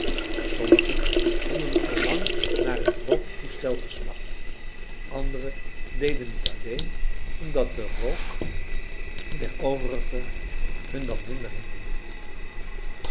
sommigen hadden al lang naar hun rooktoestel gesmacht andere deden het alleen omdat de rook der overige hun dan minder hinderde